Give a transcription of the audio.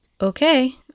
Okay